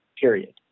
period